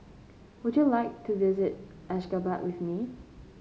would you like to visit Ashgabat with me